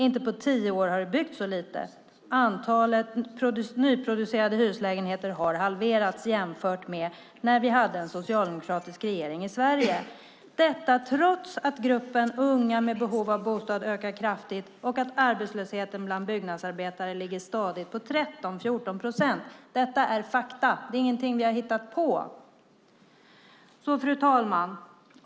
Inte på tio år har det byggts så lite. Antalet nyproducerade hyreslägenheter har halverats jämfört med när vi hade en socialdemokratisk regering i Sverige - detta trots att gruppen unga med behov av bostad ökar kraftigt och att arbetslösheten bland byggnadsarbetare ligger stadigt på 13-14 procent. Detta är fakta. Det är ingenting vi har hittat på. Fru talman!